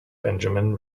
benjamin